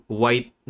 white